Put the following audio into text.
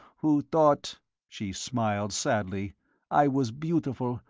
who thought she smiled sadly i was beautiful,